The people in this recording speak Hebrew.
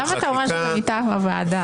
למה אתה אומר שזה מטעם הוועדה?